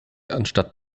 anstatt